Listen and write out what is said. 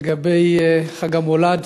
לגבי חג המולד,